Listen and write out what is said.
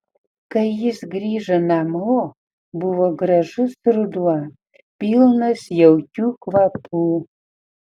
kai jis grįžo namo buvo gražus ruduo pilnas jaukių kvapų